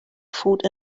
food